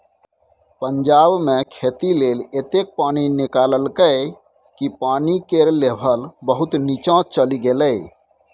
पंजाब मे खेती लेल एतेक पानि निकाललकै कि पानि केर लेभल बहुत नीच्चाँ चलि गेलै